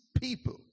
people